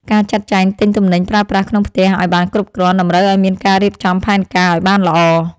ការចាត់ចែងទិញទំនិញប្រើប្រាស់ក្នុងផ្ទះឱ្យបានគ្រប់គ្រាន់តម្រូវឱ្យមានការរៀបចំផែនការឱ្យបានល្អ។